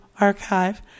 archive